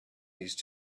these